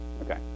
Okay